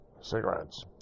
cigarettes